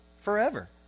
Forever